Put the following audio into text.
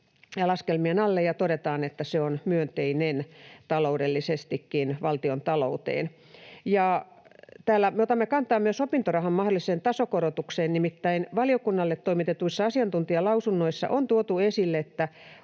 laskelmien alle, ja todetaan, että se on myönteinen taloudellisestikin valtiontalouteen. Täällä me otamme kantaa myös opintorahan mahdolliseen tasokorotukseen: Nimittäin valiokunnalle toimitetuissa asiantuntijalausunnoissa on tuotu esille, että